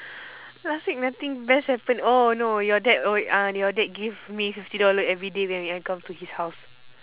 last week nothing best happen oh no your dad oh uh your dad give me fifty dollar everyday when I come to his house